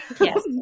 Yes